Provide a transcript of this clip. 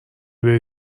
بری